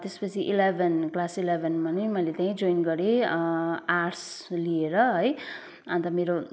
त्यसपछि eleven class eleven पनि मैले त्यहीँ जोइन गरेँ आर्ट्स लिएर है अन्त मेरो